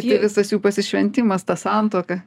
tai visas jų pasišventimas ta santuoka